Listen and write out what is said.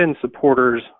supporters